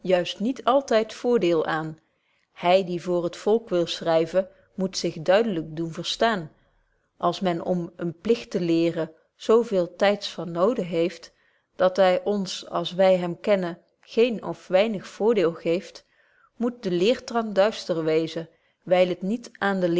juist niet altyd voordeel aan hy die voor het volk wil schryven moet zich duidlyk doen verstaan als men om een pligt te leeren zo veel tyds van noden heeft dat hy ons als wy hem kennen betje wolff proeve over de opvoeding geen of weinig voordeel geeft moet de leertrant duister wezen wyl t niet aan de